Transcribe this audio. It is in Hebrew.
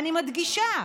אני מדגישה.